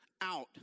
out